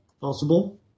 Possible